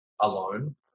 alone